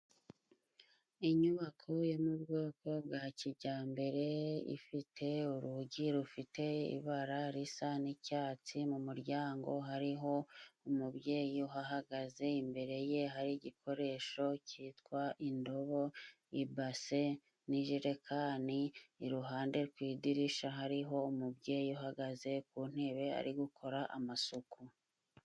Inyubako yo mu bwoko bwa kijyambere ifite urugi rufite ibara risa n'icyatsi. Mu muryango hariho umubyeyi uhahagaze imbere ye hari igikoresho cyitwa indobo, ibase, n'ijerekani, iruhande rw'idirisha hariho umubyeyi uhagaze ku ntebe ari gukora amasuku.